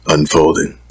Unfolding